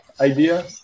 idea